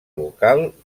local